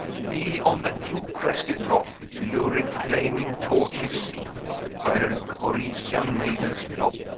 thee on the two-crested rock lurid-flaming torches see where corisian maidens flock,